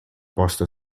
posto